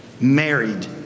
married